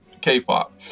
K-pop